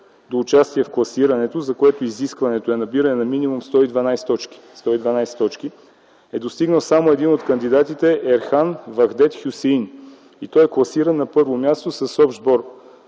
до участие в класирането, за които изискването е набирането минимум на 112 точки, е достигнал само един кандидат, Ерхан Вахдет Хюсеин. Той е класиран на първо място с общ сбор